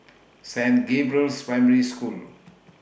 Saint Gabriel's Primary School